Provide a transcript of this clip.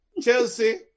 Chelsea